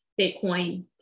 Bitcoin